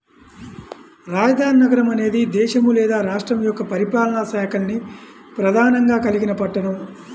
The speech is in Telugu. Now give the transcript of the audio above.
రాజధాని నగరం అనేది దేశం లేదా రాష్ట్రం యొక్క పరిపాలనా శాఖల్ని ప్రధానంగా కలిగిన పట్టణం